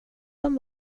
dem